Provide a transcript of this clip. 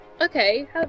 Okay